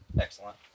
Excellent